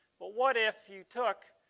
but what if you took?